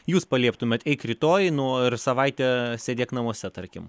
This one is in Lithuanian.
jūs palieptumėt eik rytoj nu ir savaitę sėdėk namuose tarkim